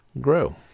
grow